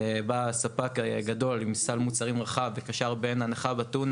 בא ספק גדול עם סל מוצרים רחב וקשר בין הנחה בטונה